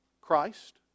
Christ